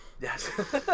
Yes